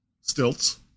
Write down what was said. Stilts